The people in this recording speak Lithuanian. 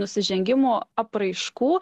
nusižengimo apraiškų